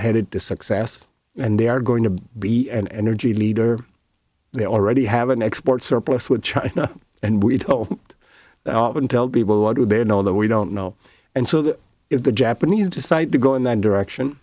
headed to success and they are going to be an energy leader they already have an export surplus with china and we don't tell people what do they know that we don't know and so that if the japanese decide to go in that direction